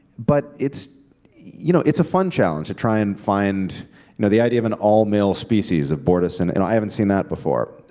but it's you know it's a fun challenge to try and find you know the idea of an all-male species, of bortus. and and i haven't seen that before.